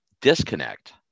disconnect